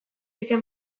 bikain